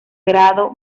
grado